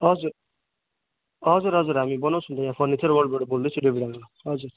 हजुर हजुर हजुर हामी बनाउँछौँ त यहाँ फर्निचर वर्ल्डबाट बोल्दैछु देवीडाँडाबाट हजुर